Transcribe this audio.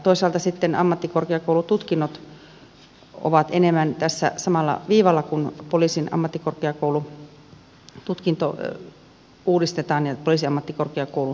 toisaalta sitten ammattikorkeakoulututkinnot ovat enemmän tässä samalla viivalla kun poliisin ammattikorkeakoulututkinto uudistetaan ja poliisiammattikorkeakoulun organisaatio